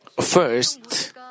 First